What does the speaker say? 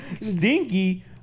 Stinky